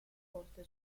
corte